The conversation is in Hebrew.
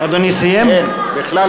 למה,